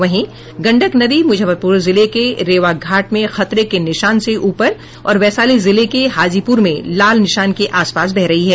वहीं गंडक नदी मूजफ्फरपूर जिले के रेवाघाट में खतरे के निशान से ऊपर और वैशाली जिले के हाजीपुर में लाल निशान के आसपास बह रही है